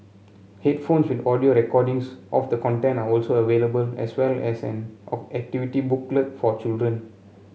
headphones with audio recordings of the content are also available as well as an all activity booklet for children